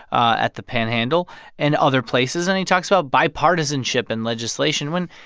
ah at the panhandle and other places, and he talks about bipartisanship and legislation when,